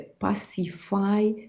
pacify